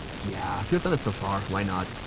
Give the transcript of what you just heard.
yeah, you've done it so far. why not?